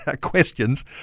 questions